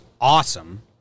awesome